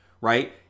right